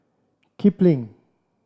Kipling